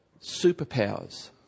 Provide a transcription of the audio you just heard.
superpowers